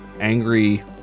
angry